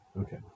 Okay